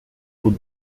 route